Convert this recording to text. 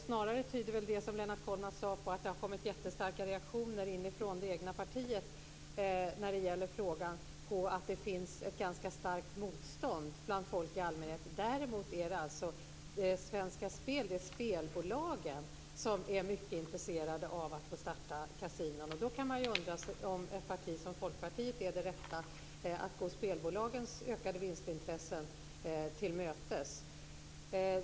Snarare tyder det som Lennart Kollmats sade på att det har kommit jättestarka reaktioner inifrån hans eget parti mot den här frågan, och det tyder på att det finns ett ganska starkt motstånd bland folk i allmänhet. Det är spelbolagen som är mycket intresserade av att få starta kasinon. Då kan man undra om det är rätt av ett parti som Folkpartiet att gå spelbolagens intressen av ökade vinster till mötes.